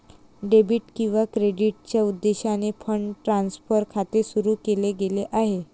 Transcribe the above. debit किंवा क्रेडिटच्या उद्देशाने फंड ट्रान्सफर खाते सुरू केले गेले आहे